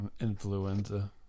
Influenza